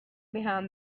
behind